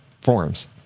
forums